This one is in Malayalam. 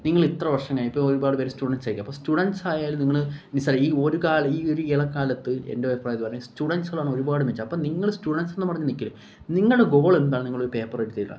നിങ്ങളിത്ര വർഷം കഴിഞ്ഞ ഇപ്പോള് ഒരുപാട് പേര് സ്റ്റുഡൻസായിരിക്കും അപ്പോള് സ്റ്റുഡൻസായാൽ നിങ്ങള് ഈ എളക്കാലത്ത് എന്റഭിപ്രായത്തില് പറഞ്ഞാല് സ്റ്റുഡൻസുകളാണ് ഒരുപാട് മെച്ചം അപ്പോള് നിങ്ങള് സ്റ്റുഡന്റ്സെന്ന് പറഞ്ഞ് നില്ക്കരുത് നിങ്ങളുടെ ഗോളെന്താണ് നിങ്ങളൊരു പേപ്പറെടുത്തെഴുതുക